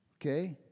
Okay